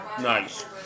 Nice